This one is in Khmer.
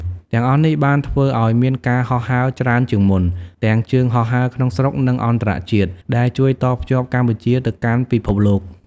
ទាំងអស់នេះបានធ្វើឲ្យ មានការហោះហើរច្រើនជាងមុន ទាំងជើងហោះហើរក្នុងស្រុកនិងអន្តរជាតិដែលជួយតភ្ជាប់កម្ពុជាទៅកាន់ពិភពលោក។